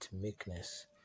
meekness